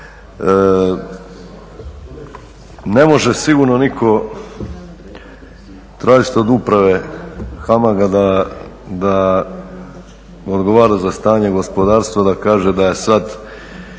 Ne može sigurno nitko tražiti od uprave HAMAG-a da odgovara za stanje gospodarstva, da kaže da je sada